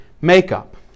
makeup